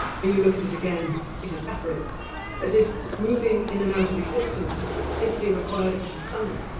when you look at it again it evaporates as if moving in and out of existence simply required a bit of sunlight